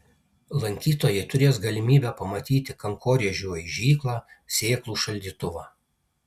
lankytojai turės galimybę pamatyti kankorėžių aižyklą sėklų šaldytuvą